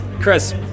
Chris